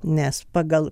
nes pagal